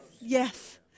Yes